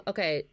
Okay